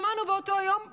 שמענו באותו יום טרילוגיה.